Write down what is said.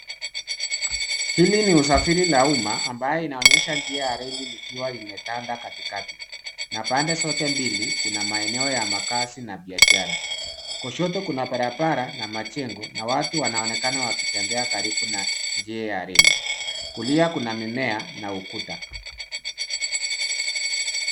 Hili ni usafiri la umma ambaye lina onyesha njia ya reli likiwa lime tanda katikati. Na pande zote mbili kuna maenoe ya makazi na biashara kushoto kuna barabara na majengo na watu wanaonekana wakitembea karibu na njia ya reli, kulia kuna mimea na ukuta.